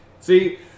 See